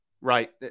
right